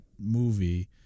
movie